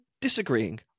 disagreeing